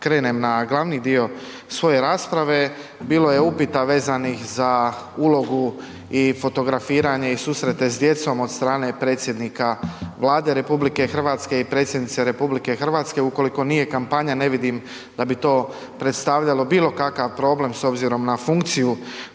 krenem na glavni dio svoje rasprave, bilo je upita vezanih za ulogu i fotografiranje i susrete s djecom od strane predsjednika Vlade RH i predsjednice RH, ukoliko nije kampanja, ne vidim da bi to predstavljalo bilo kakav problem s obzirom na funkciju